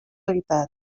realitat